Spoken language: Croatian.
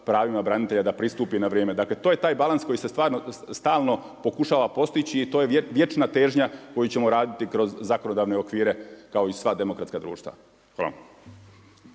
pravima branitelja da pristupi na vrijeme. Dakle to je taj balans koji se stalno pokušava postići i to je vječna težnja koju ćemo raditi kroz zakonodavne okvire kao i sva demokratska društva. Hvala.